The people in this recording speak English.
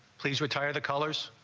please retire the colors